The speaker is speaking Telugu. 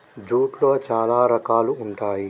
జూట్లో చాలా రకాలు ఉంటాయి